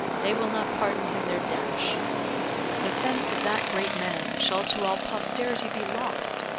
they will not pardon him their dash the sense of that great man shall to all posterity be lost,